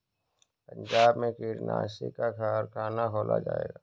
पंजाब में कीटनाशी का कारख़ाना खोला जाएगा